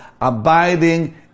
abiding